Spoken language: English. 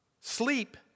Sleep